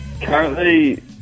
Currently